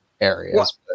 areas